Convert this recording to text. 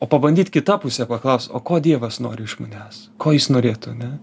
o pabandyt kita puse paklaust o ko dievas nori iš manęs ko jis norėtų ane